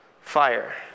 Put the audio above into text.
fire